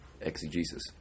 exegesis